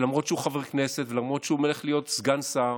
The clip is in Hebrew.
למרות שהוא חבר כנסת ולמרות שהוא הולך להיות סגן שר,